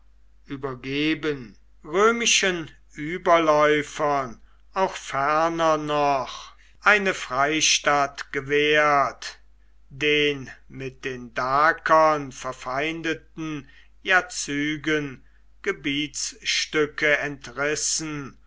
übergeben römischen überläufern auch ferner noch eine freistatt gewährt den mit den dakern verfeindeten jazygen gebietsstücke entrissen